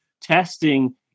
testing